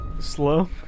Slow